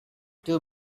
too